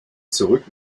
zurück